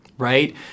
right